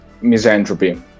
Misanthropy